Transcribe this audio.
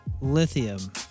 Lithium